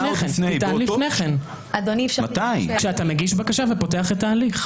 תטענו כשאתה מגיש בקשה ופותח את ההליך.